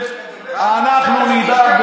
אנחנו נדאג,